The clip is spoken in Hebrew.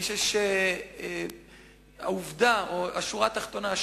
אני חושב שהשורה התחתונה,